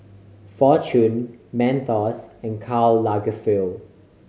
Fortune Mentos and Karl Lagerfeld